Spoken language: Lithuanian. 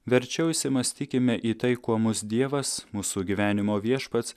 verčiau įsimąstykime į tai kuo mus dievas mūsų gyvenimo viešpats